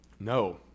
No